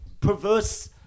perverse